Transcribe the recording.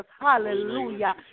Hallelujah